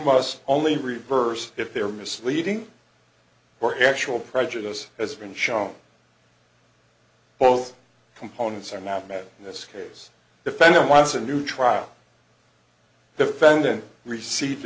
must only reverse if they're misleading or actual prejudice has been shown both components are not met in this case defendant wants a new trial defendant received